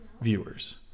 viewers